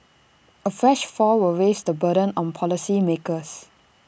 A fresh fall will raise the burden on policymakers